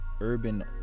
urban